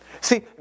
See